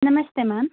ನಮಸ್ತೆ ಮ್ಯಾಮ್